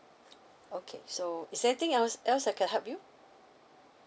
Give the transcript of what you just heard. okay so is there anything else else I can help you